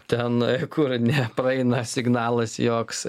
ten kur nepraeina signalas joks